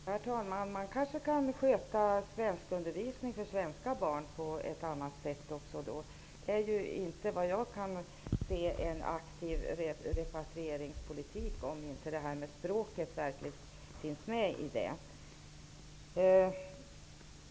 Herr talman! Svenskundervisning för svenska barn skulle kanske också kunna skötas på ett annat sätt. Men såvitt jag kan förstå, handlar det inte om någon aktiv repatrieringspolitik om inte frågan om språket finns med i bilden.